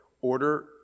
order